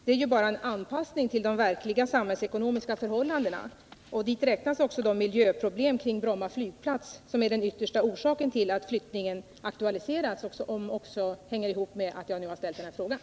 Det är bara en anpassning till de verkliga samhällsekonomiska förhållandena — och till samhällsekonomin hör också de miljöproblem kring Bromma flygplats som är den yttersta orsaken till att flyttning aktualiserats och som hänger ihop med att jag har ställt den här frågan.